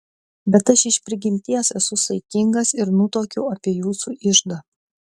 bet aš iš prigimties esu saikingas ir nutuokiu apie jūsų iždą